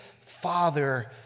Father